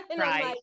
right